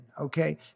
okay